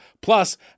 Plus